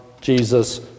Jesus